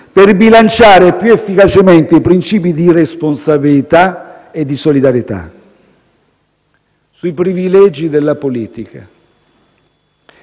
per bilanciare più efficacemente i principi di responsabilità e di solidarietà. Quanto ai privilegi della politica,